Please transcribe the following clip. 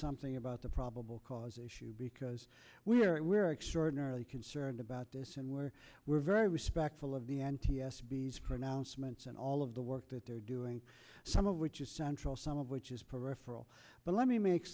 something about the probable cause issue because we're we're extraordinarily concerned about this and we're we're very respectful of the n t s b these pronouncements and all of the work that they're doing some of which is central some of which is peripheral but let me make